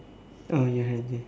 oh ya I have the